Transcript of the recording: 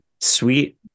Sweet